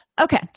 Okay